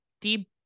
deep